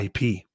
IP